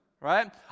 right